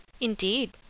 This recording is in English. Indeed